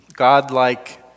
God-like